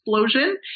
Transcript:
explosion